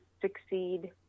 succeed